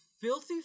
Filthy